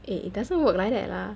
eh it doesn't work like that lah